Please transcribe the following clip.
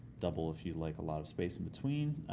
double if you like a lot of space in-between.